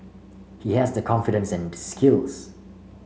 he has the confidence and skills